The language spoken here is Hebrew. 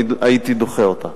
אני הייתי דוחה אותה.